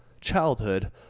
childhood